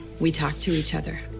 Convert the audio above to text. we talk to each other.